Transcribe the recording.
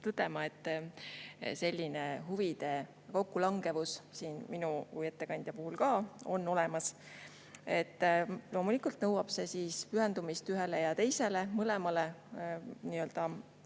tõdema, et selline huvide kokkulangevus siin minu kui ettekandja puhul on olemas. Loomulikult nõuab see pühendumist mõlemale